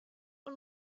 und